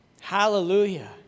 Hallelujah